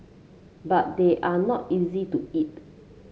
but they are not easy to eat